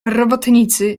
robotnicy